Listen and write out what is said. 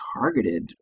targeted